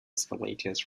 escalators